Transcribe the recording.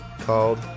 Called